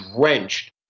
drenched